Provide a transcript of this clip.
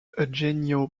eugenio